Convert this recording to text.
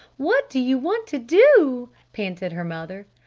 what do you want to do? panted her mother.